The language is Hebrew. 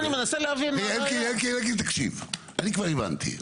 אני כבר הבנתי.